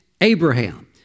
Abraham